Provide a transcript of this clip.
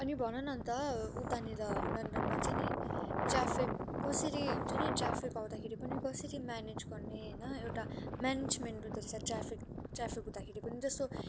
अनि भन न अन्त उतानिर लन्डनमा चाहिँ नि ट्राफिक कसरी हुन्छ नि ट्राफिक आउँदाखेरि पनि कसरी म्यानेज गर्ने होइन एउटा म्यानेजमेन्ट हुँदो रहेछ ट्राफिक ट्राफिक हुँदाखेरि पनि जस्तो